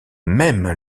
même